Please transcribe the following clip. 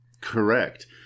Correct